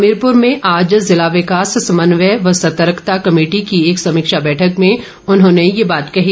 हमीरपूर में आज जिला विकास समन्वयक व सतर्कता कमेटी की एक समीक्षा बैठक में उन्होंने ये बात कही